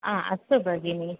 हा अस्तु भगिनि